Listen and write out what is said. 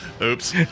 Oops